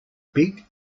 big